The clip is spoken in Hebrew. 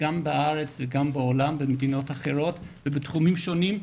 גם בארץ וגם בעולם במדינות אחרות ובתחומים שונים,